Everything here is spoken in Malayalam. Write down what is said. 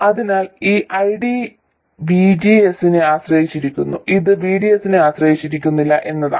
അതിനാൽ ഈ ID VGS നെ ആശ്രയിച്ചിരിക്കുന്നു ഇത് VDS നെ ആശ്രയിക്കുന്നില്ല എന്നതാണ്